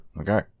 Okay